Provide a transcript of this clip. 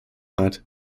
hat